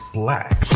black